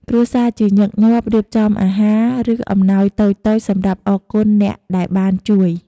គ្រួសារជាញឹកញាប់រៀបចំអាហារ ឬអំណោយតូចៗសម្រាប់អរគុណអ្នកដែលបានជួយ។